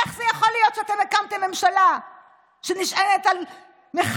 איך זה יכול להיות שאתם הקמתם ממשלה שנשענת על מחבלים,